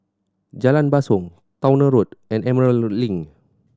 Jalan Basong Towner Road and Emerald Link